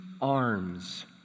arms